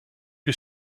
que